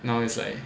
now is like